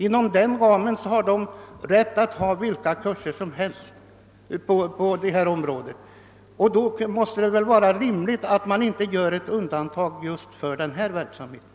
Inom den ramen har de rätt att inrätta vilka kurser som helst. Då måste det vara rimligt att man inte gör ett undantag just för den här verksamheten.